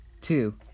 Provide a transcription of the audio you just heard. two